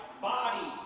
body